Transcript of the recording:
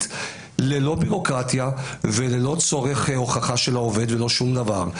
ללא ביורוקרטיה וללא צורך הוכחה של העובד וללא שום דבר.